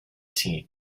team